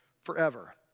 forever